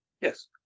yes